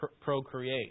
procreate